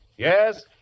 Yes